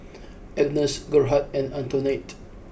Agnes Gerhardt and Antoinette